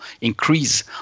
increase